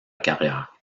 carrière